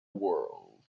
world